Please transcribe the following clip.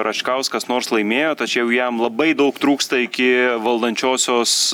račkauskas nors laimėjo tačiau jam labai daug trūksta iki valdančiosios